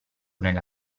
nella